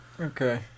Okay